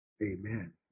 Amen